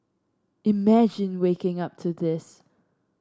imagine waking up to this